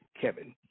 Kevin